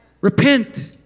Repent